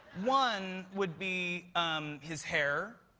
one would be um his hair.